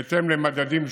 בהתאם למדדים שונים,